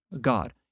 God